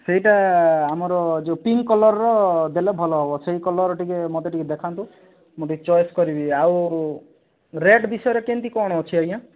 ସେଇଟା ଆମର ଯେଉଁ ପିଙ୍କ କଲରର ଦେଲେ ଭଲ ହେବ ସେଇ କଲରର ଟିକେ ମତେ ଟିକେ ଦେଖାନ୍ତୁ ମୁଁ ଟିକେ ଚଏସ କରିବି ଆଉ ରେଟ ବିଷୟରେ କେମିତି କଣ ଅଛି ଆଜ୍ଞା